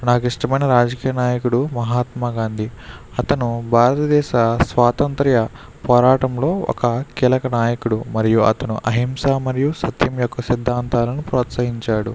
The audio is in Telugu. నాకిష్టమైన రాజకీయ నాయకుడు మహాత్మాగాంధీ అతను భారతదేశ స్వాతంత్య్ర పోరాటంలో ఒక కీలక నాయకుడు మరియు అతను అహింసా మరియు సత్యం యొక్క సిద్ధాంతాలను ప్రోత్సహించాడు